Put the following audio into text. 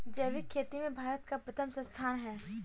जैविक खेती में भारत का प्रथम स्थान है